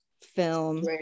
film